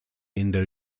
indo